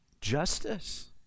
justice